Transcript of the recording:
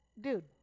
dude